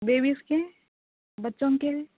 babies کے ہیں بچوں کے ہیں